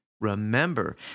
Remember